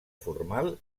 formal